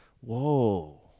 Whoa